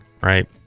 right